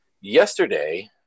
Yesterday